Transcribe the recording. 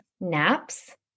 naps